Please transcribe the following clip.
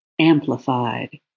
amplified